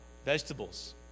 Vegetables